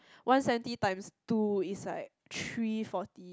one seventy times two is like three forty